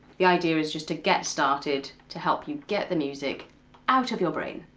the idea is just to get started, to help you get the music out of your brain.